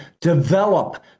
develop